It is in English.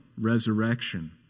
resurrection